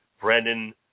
Brandon